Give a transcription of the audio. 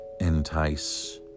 entice